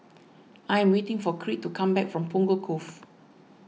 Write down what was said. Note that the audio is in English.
I am waiting for Creed to come back from Punggol Cove